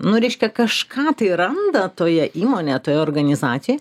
nu reiškia kažką tai randa toje įmonėje toje organizacijoj